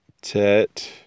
Tet